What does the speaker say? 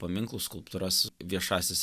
paminklus skulptūras viešąsias